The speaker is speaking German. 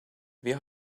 wir